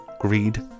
greed